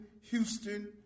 Houston